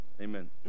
Amen